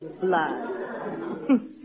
blood